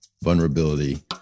vulnerability